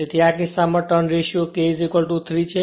તેથી આ કિસ્સામાં ટર્ન રેશિયો k3 છે